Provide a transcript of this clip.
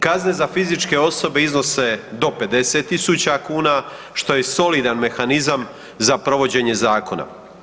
Kazne za fizičke osobe iznose do 50 000 kn, što je solidan mehanizam za provođenje zakona.